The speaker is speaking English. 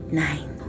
nine